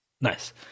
Nice